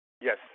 yes